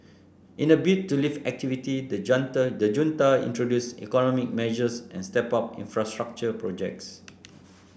in a bid to lift activity the junta the junta introduce economic measures and stepped up infrastructure projects